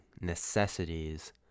necessities